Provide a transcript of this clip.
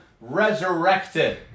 resurrected